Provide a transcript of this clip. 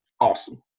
awesome